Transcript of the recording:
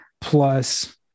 plus